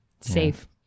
safe